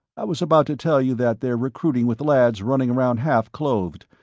i was about to tell you that they're recruiting with lads running around half clothed.